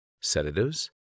sedatives